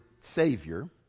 Savior